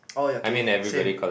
oh ya K same